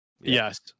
Yes